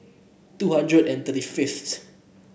two hundred and thirty fifth